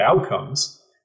outcomes